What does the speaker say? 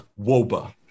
woba